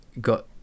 got